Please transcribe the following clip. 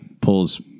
pulls